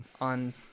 on